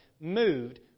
moved